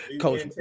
coach